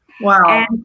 Wow